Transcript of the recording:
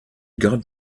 got